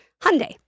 Hyundai